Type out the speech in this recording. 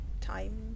time